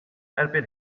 erbyn